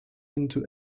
into